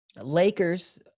Lakers